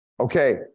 Okay